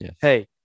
Hey